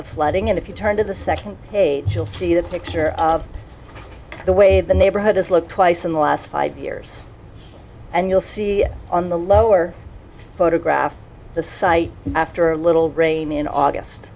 the flooding and if you turn to the second page you'll see the picture of the way the neighborhood has looked twice in the last five years and you'll see on the lower photograph the site after a little rain in august